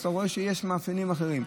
ואז אתה רואה שיש מאפיינים אחרים.